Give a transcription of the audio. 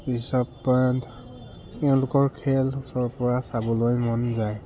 ৰিষভ পন্ত এওঁলোকৰ খেল ওচৰৰ পৰা চাবলৈ মন যায়